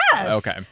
Okay